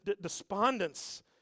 despondence